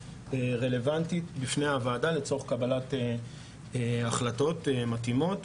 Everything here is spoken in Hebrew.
הרלוונטית בפני הוועדה לצורך קבלת החלטות מתאימות.